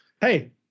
hey